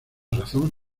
razón